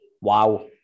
wow